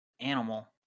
animal